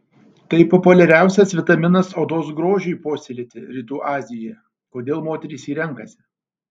tai populiariausias vitaminas odos grožiui puoselėti rytų azijoje kodėl moterys jį renkasi